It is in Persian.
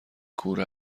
کوره